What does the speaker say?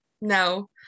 No